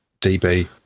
dB